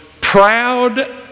proud